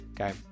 Okay